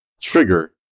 trigger